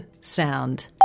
sound